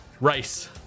race